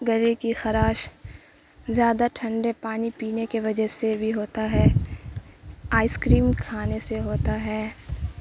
گلے کی خراش زیادہ ٹھنڈے پانی پینے کی وجہ سے بھی ہوتا ہے آئس کریم کھانے سے ہوتا ہے